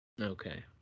Okay